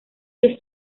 que